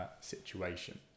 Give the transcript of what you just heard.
situation